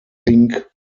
think